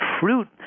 fruit